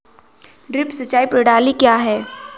Drip सिंचाई प्रणाली क्या है?